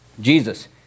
Jesus